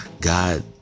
God